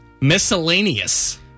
Miscellaneous